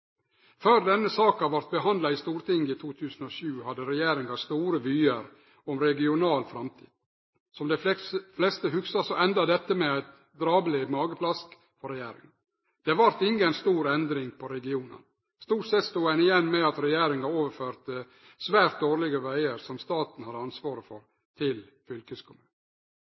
Før denne saka vart behandla i Stortinget i 2007, hadde regjeringa store vyar om ei regional framtid. Som dei fleste hugsar, enda dette med eit drabeleg mageplask for regjeringa. Det vart inga stor endring på regionane. Stort sett stod ein igjen med at regjeringa overførte svært dårlege vegar som staten hadde ansvaret for, til